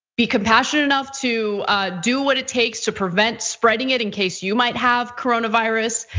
be compassionate enough to do what it takes to prevent spreading it in case you might have corona virus.